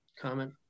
comment